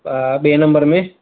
ॿ ॿिए नंबर में